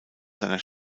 seiner